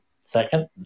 second